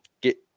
get